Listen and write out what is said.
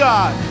God